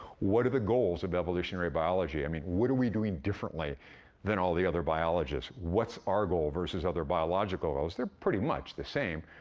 what are the goals of evolutionary biology? i mean, what are we doing differently than all the other biologists? what's our goal versus other biological goals? they're pretty much the same.